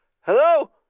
Hello